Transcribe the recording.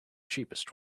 cheapest